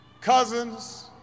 cousins